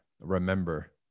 remember